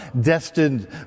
destined